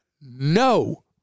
no